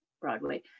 Broadway